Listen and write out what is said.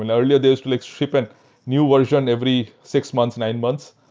and earlier, they were like shipping new version every six months, nine months.